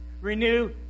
renew